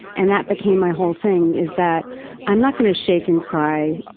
and that became my whole thing is that i'm not going to shake and cry,